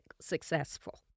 successful